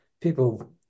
people